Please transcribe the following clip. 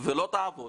ולא תעבוד